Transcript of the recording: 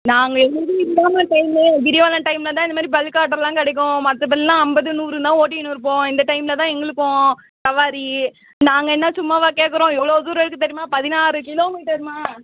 நாங்கள் எப்போதும் இதுதாம்மா டைமு கிரிவலம் டைமில்தான் இந்தமாதிரி பல்க் ஆர்டரெலாம் கிடைக்கும் மற்றபடிலாம் ஐம்பது நூறுன்னுதான் ஓட்டிகின்னு இருப்போம் இந்த டைமில்தான் எங்களுக்கும் சவாரி நாங்கள் என்ன சும்மாவா கேட்குறோம் எவ்வளோ தூரம் இருக்குது தெரியுமா பதினாறு கிலோமீட்டர்ம்மா